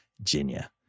Virginia